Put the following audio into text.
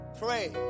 pray